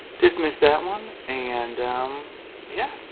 dismiss that one and yeah,